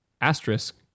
asterisk